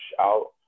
out